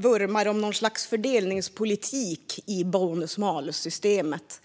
vurmar för något slags fördelningspolitik i bonus malus-systemet.